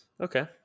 Okay